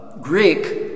Greek